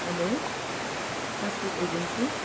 hello transport agency